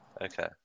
Okay